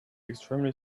extremely